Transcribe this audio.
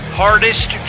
hardest